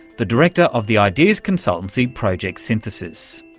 the director of the ideas consultancy project synthesis.